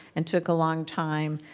and took a long time,